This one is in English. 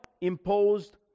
imposed